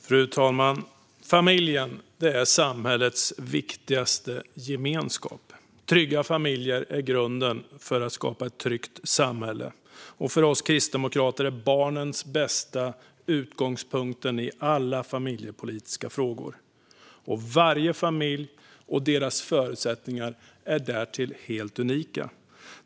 Fru talman! Familjen är samhällets viktigaste gemenskap. Trygga familjer är grunden för att skapa ett tryggt samhälle. För oss kristdemokrater är barnens bästa utgångspunkten i alla familjepolitiska frågor. Varje familj med sina egna förutsättningar är därtill unik.